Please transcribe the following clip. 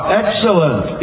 excellent